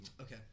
okay